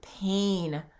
pain